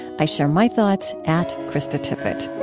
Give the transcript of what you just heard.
i share my thoughts at kristatippett